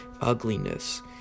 ugliness